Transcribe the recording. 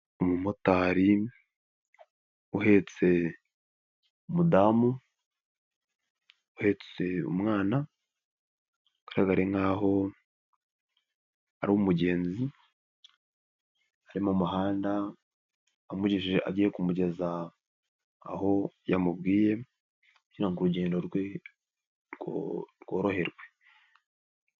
Umumotari uhetse umudamu, uhetse umwana, ugaraga nkaho ari umugenzi, arim umuhanda agiye kumugeza aho yamubwiye kugira ngo urugendo rwe rwo rworoherwe.